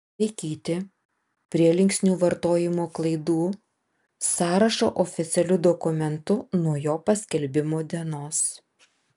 laikyti prielinksnių vartojimo klaidų sąrašą oficialiu dokumentu nuo jo paskelbimo dienos